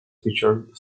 featured